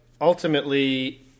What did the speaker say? ultimately